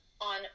on